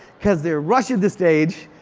because they're rushing the stage.